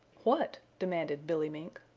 what? demanded billy mink.